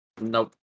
Nope